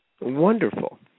Wonderful